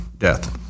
death